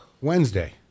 Wednesday